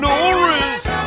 Norris